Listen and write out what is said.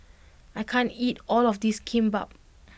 I can't eat all of this Kimbap